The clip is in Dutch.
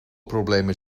problemen